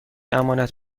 امانت